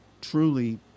truly